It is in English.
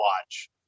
watch